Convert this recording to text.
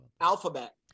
Alphabet